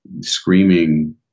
screaming